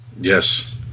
yes